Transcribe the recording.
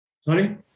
Sorry